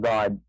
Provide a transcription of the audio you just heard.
God